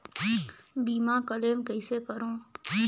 बीमा क्लेम कइसे करों?